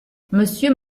monsieur